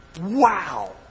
wow